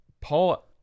Paul